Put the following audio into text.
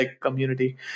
community